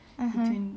(uh huh)